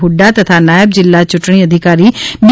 હુંદ્રા તથા નાયબ જિલ્લા ચૂંટણી અધિકારી બી